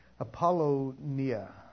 Apollonia